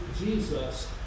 Jesus